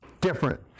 Different